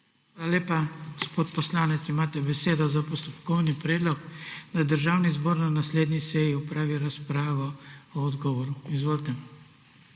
Hvala lepa. Gospa poslanka, imate besedo za postopkovni predlog, da Državni zbor na naslednji seji opravi razpravo o odgovoru. Izvolite.